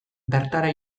bertara